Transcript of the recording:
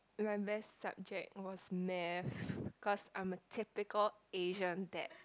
my best subject was math cause I'm a typical Asian that